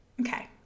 Okay